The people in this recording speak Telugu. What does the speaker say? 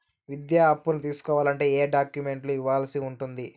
విద్యా అప్పును తీసుకోవాలంటే ఏ ఏ డాక్యుమెంట్లు ఇవ్వాల్సి ఉంటుంది